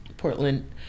Portland